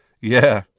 Yeah